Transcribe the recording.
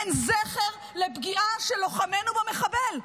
אין זכר לפגיעה של לוחמינו במחבל.